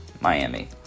Miami